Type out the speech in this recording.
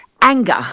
anger